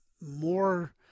more